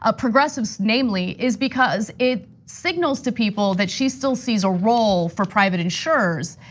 ah progressives namely, is because it signals to people that she still sees a role for private insurers.